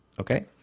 Okay